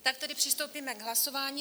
Tak tedy přistoupíme k hlasování.